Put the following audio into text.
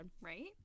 Right